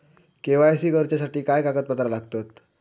KYC करूच्यासाठी काय कागदपत्रा लागतत?